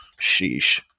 Sheesh